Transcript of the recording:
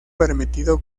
permitido